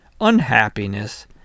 unhappiness